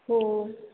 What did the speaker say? हो